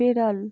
বেড়াল